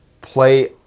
play